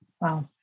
Wow